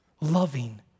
loving